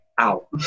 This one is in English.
Ow